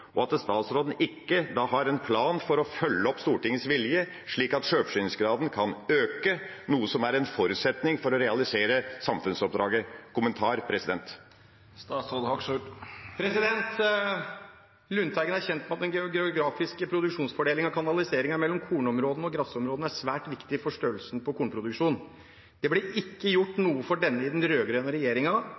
og at statsråden ikke har en plan for å følge opp Stortingets vilje, slik at sjølforsyningsgraden kan øke, noe som er en forutsetning for å realisere samfunnsoppdraget. Jeg ber om en kommentar. Lundteigen er kjent med at den geografiske produksjonsfordelingen og kanaliseringen mellom kornområdene og grasområdene er svært viktig for størrelsen på kornproduksjonen. Det ble ikke gjort noe for denne av den rød-grønne regjeringen. Tvert imot – i den